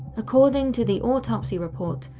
according to the autopsy report,